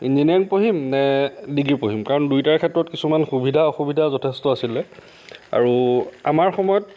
engineering পঢ়িম নে degree পঢ়িম কাৰণ দুয়োটাৰে ক্ষেত্ৰত কিছুমান সুবিধা অসুবিধা যথেষ্ট আছিলে আৰু আমাৰ সময়ত